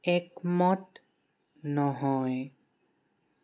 একমত নহয়